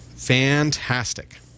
Fantastic